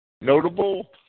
notable